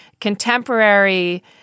contemporary